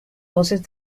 voces